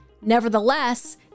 Nevertheless